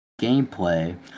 gameplay